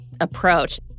approach